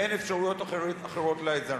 ואין אפשרויות אחרות לאזרח.